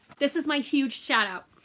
this is my huge shout out.